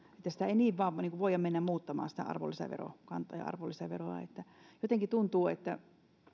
että ei niin vain voida mennä muuttamaan arvonlisäverokantaa ja arvonlisäveroa jotenkin tuntuu että